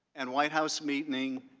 and white house meeting,